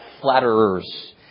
flatterers